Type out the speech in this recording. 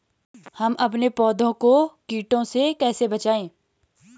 हम अपने पौधों को कीटों से कैसे बचाएं?